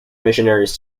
missionaries